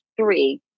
three